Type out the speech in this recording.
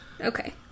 Okay